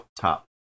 top